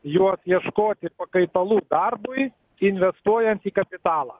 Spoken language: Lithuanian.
juos ieškoti pakaitalų darbui investuojant į kapitalą